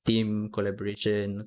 team collaboration